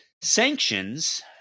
sanctions